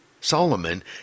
Solomon